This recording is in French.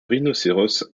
rhinocéros